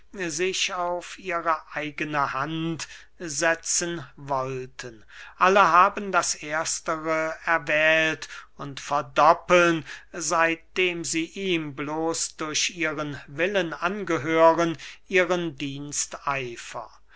sich auf ihre eigene hand setzen wollten alle haben das erstere erwählt und verdoppeln seitdem sie ihm bloß durch ihren willen angehören ihren diensteifer